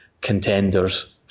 contenders